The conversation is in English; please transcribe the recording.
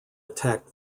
attack